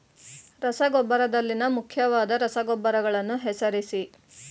ರಸಗೊಬ್ಬರದಲ್ಲಿನ ಮುಖ್ಯವಾದ ರಸಗೊಬ್ಬರಗಳನ್ನು ಹೆಸರಿಸಿ?